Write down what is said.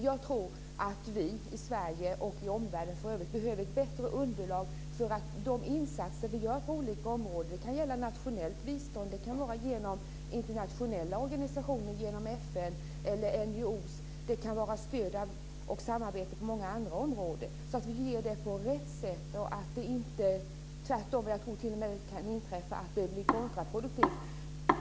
Jag tror att vi i Sverige och i omvärlden behöver ett bättre underlag så att de insatser vi gör på olika områden - det kan vara nationellt bistånd, det kan vara genom internationella organisationer, FN eller NGO:er, det kan vara stöd och samarbete på många andra områden - sker på rätt sätt och inte blir kontraproduktiva, vilket jag tror kan inträffa.